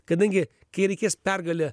kadangi kai reikės pergalę